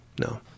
no